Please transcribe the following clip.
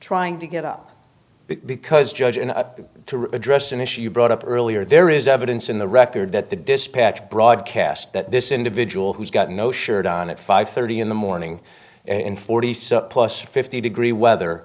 trying to get up because judge in a way to address an issue you brought up earlier there is evidence in the record that the dispatch broadcast that this individual who's got no shirt on at five thirty in the morning in forty plus fifty degree weather